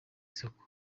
soko